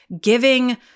giving